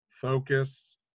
focus